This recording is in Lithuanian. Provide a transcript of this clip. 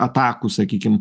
atakų sakykim